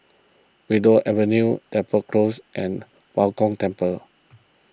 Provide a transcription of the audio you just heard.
Willow Avenue Depot Close and Bao Gong Temple